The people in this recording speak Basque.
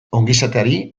ongizateari